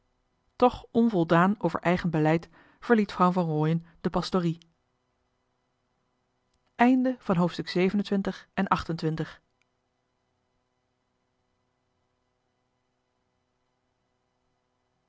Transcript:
toch onvoldaan over eigen beleid verliet vrouw van rooien de pastorie